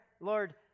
Lord